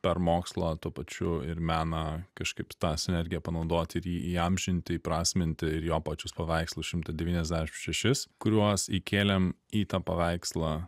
per mokslą tuo pačiu ir meną kažkaip tą sinergiją panaudoti ir į įamžinti įprasminti ir jo pačius paveikslus šimtą devyniasdešim šešis kuriuos įkėlėm į tą paveikslą